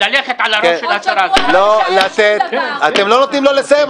ללכת על הראש של --- אתם לא נותנים לו לסיים.